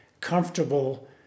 comfortable